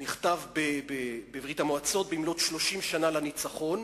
הוא נכתב בברית-המועצות במלאות 30 שנה לניצחון.